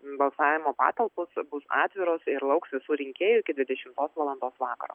balsavimo patalpos bus atviros ir lauks visų rinkėjų iki dvidešimt valandos vakaro